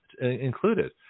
included